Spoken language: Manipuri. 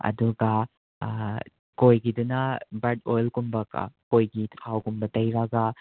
ꯑꯗꯨꯒ ꯀꯣꯏꯒꯤꯗꯨꯅ ꯕꯥꯔꯠ ꯑꯣꯏꯜꯒꯨꯝꯕꯀꯣ ꯀꯣꯏꯒꯤ ꯊꯥꯎꯒꯨꯝꯕ ꯇꯩꯔꯒ